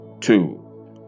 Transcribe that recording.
two